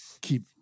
keep